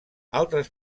altres